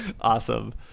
awesome